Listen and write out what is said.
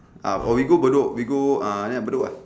ah or we go bedok we go uh ya bedok ah